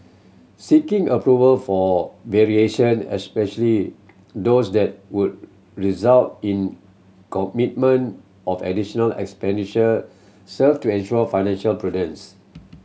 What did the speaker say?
seeking approval for variation especially those that would result in commitment of additional expenditure serve to ensure financial prudence